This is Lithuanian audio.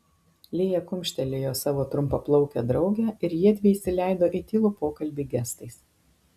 lėja kumštelėjo savo trumpaplaukę draugę ir jiedvi įsileido į tylų pokalbį gestais